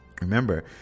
Remember